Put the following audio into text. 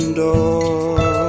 door